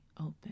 open